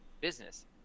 business